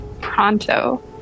pronto